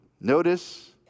Notice